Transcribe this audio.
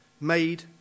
made